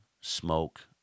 smoke